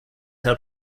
how